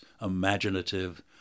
imaginative